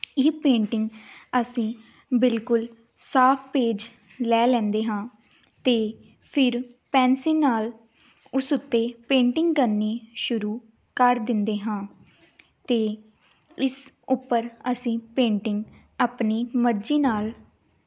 ਇਹ ਪੇਟਿੰਗ ਅਸੀਂ ਬਿਲਕੁਲ ਸਾਫ ਪੇਜ ਲੈ ਲੈਂਦੇ ਹਾਂ ਅਤੇ ਫਿਰ ਪੈਨਸਿਲ ਨਾਲ ਉਸ ਉੱਤੇ ਪੇਂਟਿੰਗ ਕਰਨੀ ਸ਼ੁਰੂ ਕਰ ਦਿੰਦੇ ਹਾਂ ਅਤੇ ਇਸ ਉੱਪਰ ਅਸੀਂ ਪੇਂਟਿੰਗ ਆਪਣੀ ਮਰਜ਼ੀ ਨਾਲ